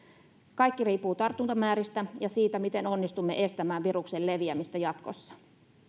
kaikki riippuu tartuntamääristä ja siitä miten onnistumme estämään viruksen leviämistä jatkossa